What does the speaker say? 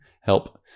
help